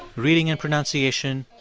reading and pronunciation.